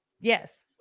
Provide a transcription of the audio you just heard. Yes